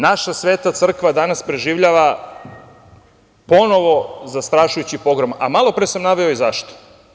Naša sveta crkva danas preživljava ponovo zastrašujući pogrom, a malopre sam naveo i zašto.